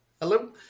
Hello